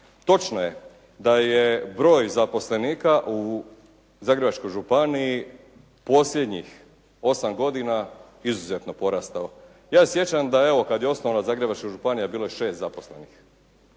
Točno je da je broj zaposlenika u Zagrebačkoj županiji posljednjih 8 godina izuzetno porasao. Ja se sjećam da, evo kad je osnovana Zagrebačka županija bilo je 6 zaposlenih,